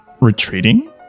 retreating